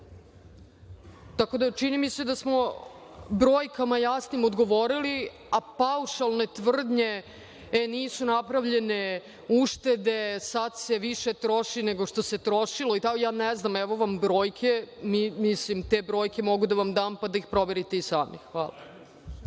Tako da čini mi se da smo brojkama jasnim odgovorili, a paušalne tvrdnje – e, nisu napravljene uštede, sad se više troši nego što se trošilo, ja ne znam, evo vam brojke, mislim, te brojke mogu da vam dam pa da ih proverite i sami. Hvala